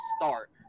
start